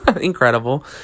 Incredible